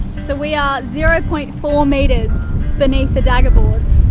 so, we are zero point four metres beneath the dagger boards.